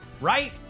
right